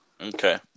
Okay